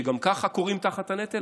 שגם ככה כורעים תחת הנטל?